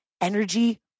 energy